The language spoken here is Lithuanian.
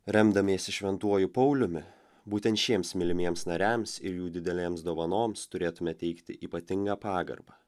remdamiesi šventuoju pauliumi būtent šiems mylimiems nariams ir jų didelėms dovanoms turėtume teikti ypatingą pagarbą